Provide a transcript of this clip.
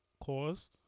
cause